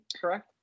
correct